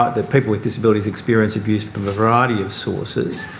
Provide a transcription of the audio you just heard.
that people with disabilities experience abuse from a variety of sources.